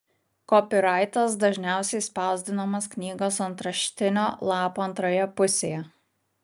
kopiraitas dažniausiai spausdinamas knygos antraštinio lapo antroje pusėje